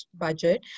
budget